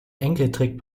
enkeltrick